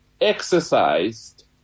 exercised